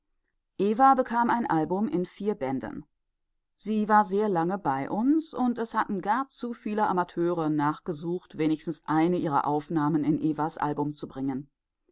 eva bekam ein album in vier bänden sie war sehr lange bei uns und es hatten gar zu viele amateure nachgesucht wenigstens eine ihrer aufnahmen in evas album zu bringen